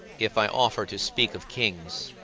if i offer to speak of kings